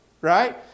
right